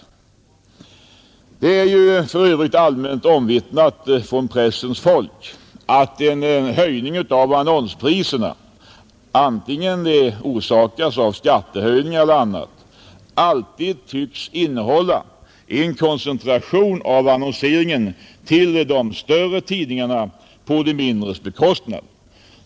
Det är ju för övrigt allmänt omvittnat från pressens folk att en höjning av annonspriserna — vare sig den orsakas av skattehöjningar eller annat — alltid tycks medföra en koncentration av annonseringen till de större tidningarna på de mindres bekostnad.